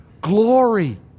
glory